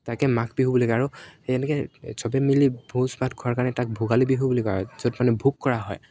তাকে মাঘ বিহু বুলি কয় আৰু সেই এনেকৈ চবে মিলি ভোজ ভাত খোৱাৰ কাৰণে তাক ভোগালী বিহু বুলি কয় য'ত মানে ভোগ কৰা হয়